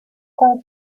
con